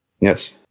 Yes